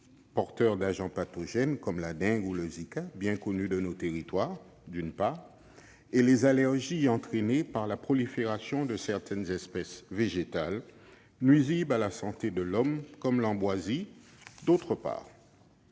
porteurs d'agents pathogènes, comme la dengue ou la maladie à virus Zika, bien connus de nos territoires, et, d'autre part, des allergies entraînées par la prolifération de certaines espèces végétales nuisibles à la santé de l'homme, telles l'ambroisie. Je vais